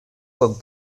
con